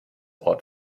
ort